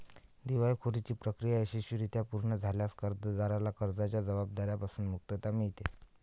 दिवाळखोरीची प्रक्रिया यशस्वीरित्या पूर्ण झाल्यास कर्जदाराला कर्जाच्या जबाबदार्या पासून मुक्तता मिळते